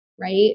Right